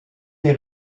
des